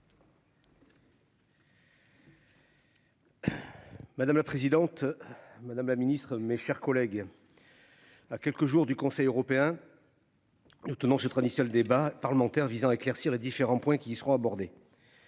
Madame la présidente. Madame la Ministre, mes chers collègues.-- À quelques jours du Conseil européen. Nous tenons ce traditionnel débat parlementaire visant à éclaircir les différents points qui seront abordés.